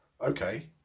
Okay